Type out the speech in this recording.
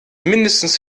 mindestens